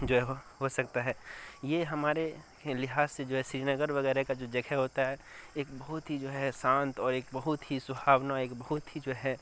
جو ہے وہ ہو سکتا ہے یہ ہمارے لحاظ سے جو ہے سری نگر وغیرہ کا جو جگہ ہوتا ہے ایک بہت ہی جو ہے شانت اور ایک بہت ہی سہاونا ایک بہت ہی جو ہے